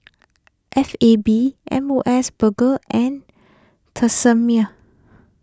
F A B M O S Burger and Tresemme